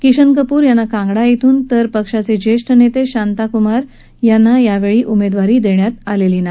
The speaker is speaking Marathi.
किशन कपूर यांना कांगडा ध्रून तर पक्षाचे ज्येष्ठ नेते शांताकुमार यांना यावेळी उमेदवारी देण्यात आलेली नाही